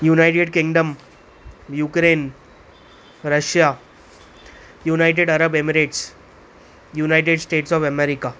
United Kingdom Ukraine Russia United Arab Emirates united state of America